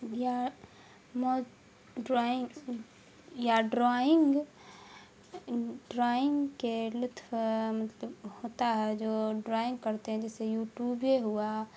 یا ڈرائنگ یا drawing drawing کے لطف مطلب ہوتا ہے جو ڈرائنگ کرتے ہیں جیسے یوٹیوبے ہوا